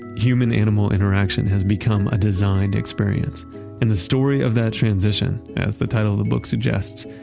human animal interaction has become a designed experience and the story of that transition, as the title of the book suggests,